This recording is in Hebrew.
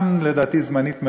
לדעתי גם זמנית מאוד,